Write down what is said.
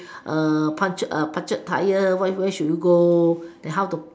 uh punctured punctured tyre where should you go and how to